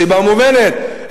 מסיבה מובנת.